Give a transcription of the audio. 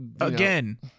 again